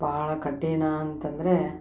ಭಾಳ ಕಠಿಣ ಅಂತಂದರೆ